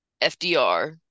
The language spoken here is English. FDR